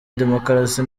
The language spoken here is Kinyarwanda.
demokarasi